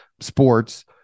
sports